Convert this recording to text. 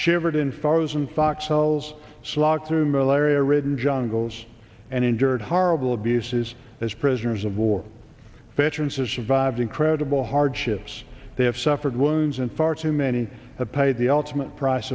shivered in photos and fox cells slog through malaria ridden jungles and injured horrible abuses as prisoners of war veterans has survived incredible hardships they have suffered wounds in far too many have paid the ultimate price